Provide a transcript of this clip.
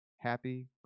happy